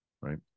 right